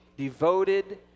devoted